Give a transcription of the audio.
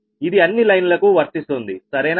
ఇది అన్ని లైన్లకు వర్తిస్తుంది సరేనా